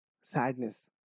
sadness